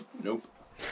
Nope